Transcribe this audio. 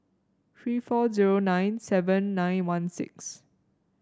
three four zero nine seven nine one six